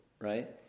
Right